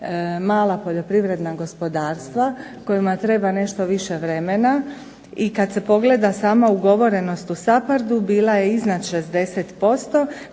mala poljoprivredna gospodarstva kojima treba nešto više vremena. I kada se pogleda sama ugovorenost u SAPHARD-u bila je iznad 60%.